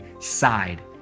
side